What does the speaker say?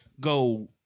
go